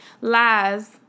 Lies